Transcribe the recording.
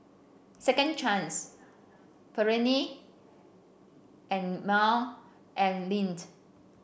Second Chance Perllini and Mel and Lindt